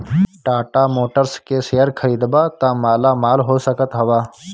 Tata motors के share खरीदबअ त मालामाल हो सकत हवअ